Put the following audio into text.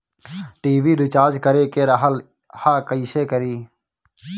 TV recharge करे के रहल ह कइसे करी?